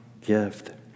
gift